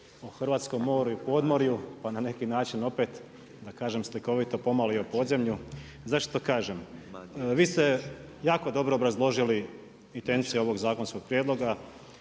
o hrvatskom moru i podmorju pa na neki način opet da kažem slikovito pomalo i o podzemlju. Zašto to kažem? Vi ste jako dobro obrazložili intenciju ovog zakonskog prijedloga